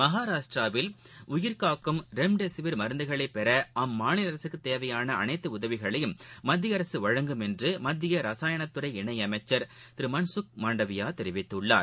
மகாராஷ்டிராவில் உயிர்காக்கும் ரெம்டெசிவிர் மருந்துகளை பெற அம்மாநில அரசுக்கு தேவையாள அனைத்து உதவிகளையும் மத்திய அரசு வழங்கும் என்று மத்திய ரசாயனத் துறை இணையமைச்சர் திரு மன்சுக் மாண்டவியா தெரிவித்துள்ளார்